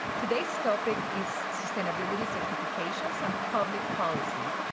today's topic is sustainability certifications and public policy,